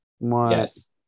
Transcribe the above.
Yes